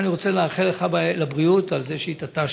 אני רוצה לאחל לך לבריאות על זה שהתעטשת.